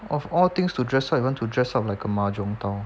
of all things to dress up you want to dress up like a mahjong tile